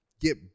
get